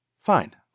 Fine